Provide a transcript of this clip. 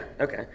okay